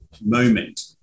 moment